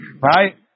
Right